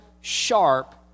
sharp